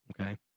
Okay